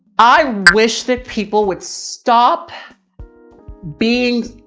i wish that people would stop being,